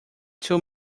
two